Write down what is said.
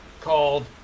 called